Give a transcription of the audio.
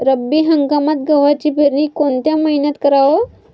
रब्बी हंगामात गव्हाची पेरनी कोनत्या मईन्यात कराव?